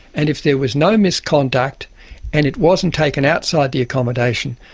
and if there was no misconduct and it wasn't taken outside the accommodation,